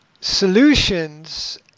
solutions